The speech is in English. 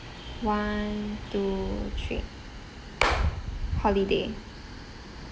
one two three holiday